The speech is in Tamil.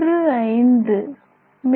15 மி